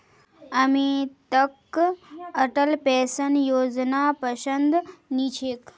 अमितक अटल पेंशन योजनापसंद नी छेक